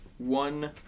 One